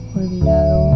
olvidado